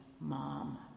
mom